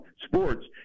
sports